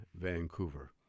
Vancouver